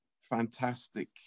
fantastic